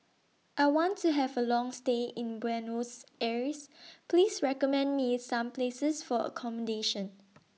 I want to Have A Long stay in Buenos Aires Please recommend Me Some Places For accommodation